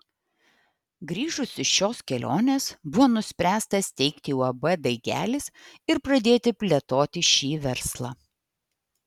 grįžus iš šios kelionės buvo nuspręsta steigti uab daigelis ir pradėti plėtoti šį verslą